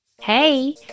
Hey